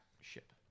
ship